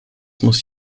muss